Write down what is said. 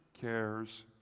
cares